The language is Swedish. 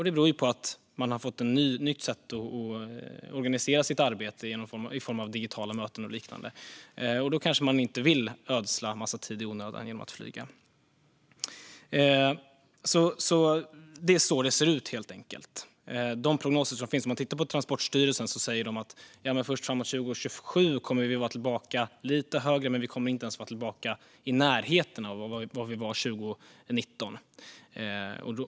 Det beror på att man har fått nya sätt att organisera sitt arbete på i form av digitala möten och liknande. Då kanske man inte vill ödsla en massa tid på att flyga. Det är så det ser ut, helt enkelt. Transportstyrelsens prognoser säger att först framåt 2027 kommer nivån att vara lite högre än nu men inte ens i närheten av var den var 2019.